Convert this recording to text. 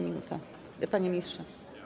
Minuta, panie ministrze.